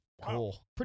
Cool